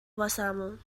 واسمون